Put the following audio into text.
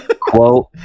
quote